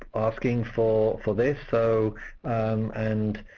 asking for for this, so and